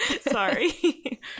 sorry